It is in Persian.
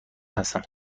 هستم